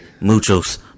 muchos